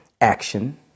action